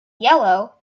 yellow